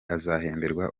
azahemberwa